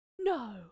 No